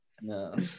No